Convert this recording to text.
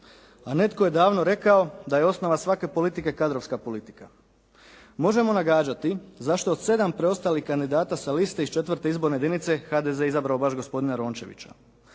a netko je davno rekao da je osnova svake politike kadrovska politika. Možemo nagađati zašto od sedam preostalih kandidata sa liste iz 4. Izborne jedinice HDZ izabrao baš gospodina Rončevića.